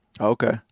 Okay